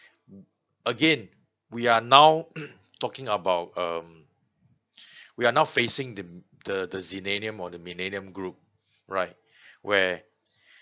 again we are now talking about um we are now facing um the the zillenium or the millennium group right where